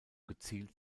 gezielt